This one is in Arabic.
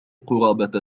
قرابة